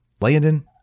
Landon